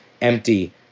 empty